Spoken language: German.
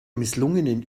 misslungenen